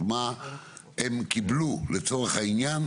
מה הן קיבלו לצורך העניין,